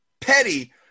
petty